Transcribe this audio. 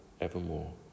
evermore